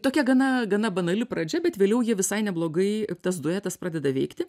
tokia gana gana banali pradžia bet vėliau ji visai neblogai tas duetas pradeda veikti